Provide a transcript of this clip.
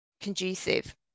conducive